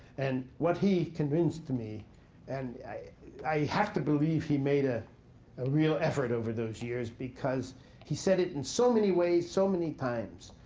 and what he convinced me and i have to he made a ah real effort over those years. because he said it in so many ways so many times,